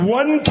one